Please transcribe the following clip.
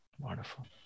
wonderful